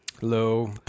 Hello